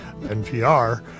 NPR